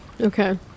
Okay